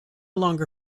longer